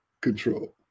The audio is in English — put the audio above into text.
control